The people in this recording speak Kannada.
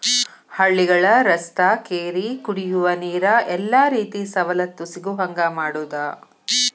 ಹಳ್ಳಿಗಳ ರಸ್ತಾ ಕೆರಿ ಕುಡಿಯುವ ನೇರ ಎಲ್ಲಾ ರೇತಿ ಸವಲತ್ತು ಸಿಗುಹಂಗ ಮಾಡುದ